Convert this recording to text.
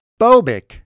phobic